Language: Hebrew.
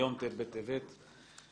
היום ט' בטבת התשע"ט.